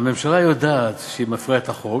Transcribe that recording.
והממשלה יודעת שהיא מפרה את החוק.